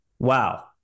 wow